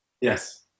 Yes